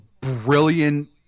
brilliant